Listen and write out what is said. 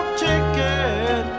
ticket